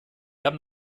haben